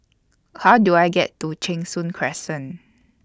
How Do I get to Cheng Soon Crescent